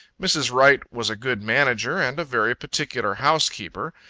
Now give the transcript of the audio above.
mrs. wright was a good manager, and a very particular housekeeper.